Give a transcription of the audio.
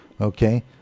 Okay